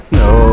no